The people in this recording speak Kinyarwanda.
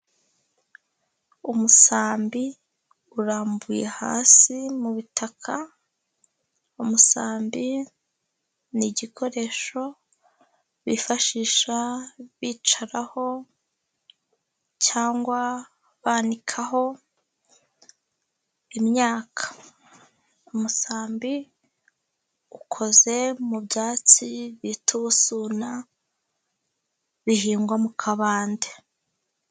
Umusambi urambuye hasi mu bitaka, umusambi ni igikoresho bifashisha bicaraho, cyangwa banikaho imyaka. Umusambi ukoze mu byatsi bita ubusuna bihingwa mu kabande.